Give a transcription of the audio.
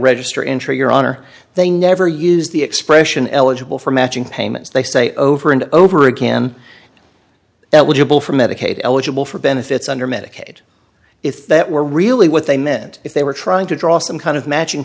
register entry your honor they never use the expression eligible for matching payments they say over and over again that would you bill for medicaid eligible for benefits under medicaid if that were really what they meant if they were trying to draw some kind of matching